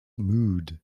mood